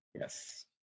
Yes